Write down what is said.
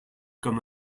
comme